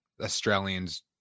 Australians